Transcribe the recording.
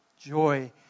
joy